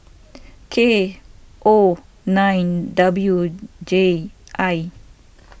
K O nine W J I